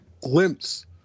glimpse